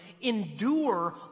endure